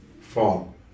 Fall